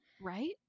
right